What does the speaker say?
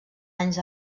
anys